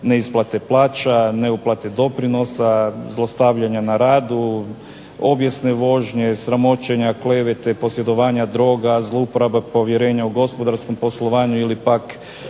neisplate plaća, neuplate doprinosa, zlostavljanja na radu, obijesne vožnje, sramoćenja, klevete, posjedovanja droga, zlouporaba povjerenja u gospodarskom poslovanju ili pak